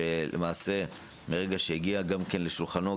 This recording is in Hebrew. שלמעשה מרגע שהגיע לשולחנו,